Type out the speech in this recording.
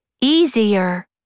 easier